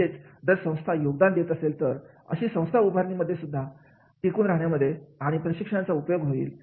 म्हणजेच जर संस्था योगदान देत असेल तर अशी संस्था उभारणी मध्ये आणि टिकून राहण्यामध्ये या प्रशिक्षणाचा उपयोग होईल